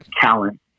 talent